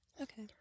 Okay